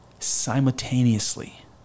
simultaneously